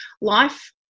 life